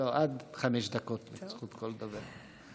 לא, עד חמש דקות לכל דובר.